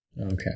Okay